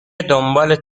دنبال